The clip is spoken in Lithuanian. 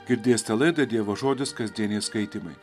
girdėsite laidą dievo žodis kasdieniai skaitymai